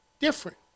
different